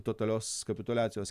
totalios kapituliacijos